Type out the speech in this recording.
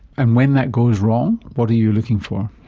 and when that goes wrong, what are you looking for?